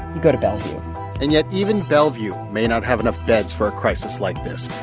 you go to bellevue and yet, even bellevue may not have enough beds for a crisis like this.